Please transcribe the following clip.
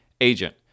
agent